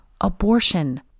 abortion